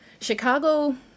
Chicago